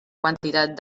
quantitat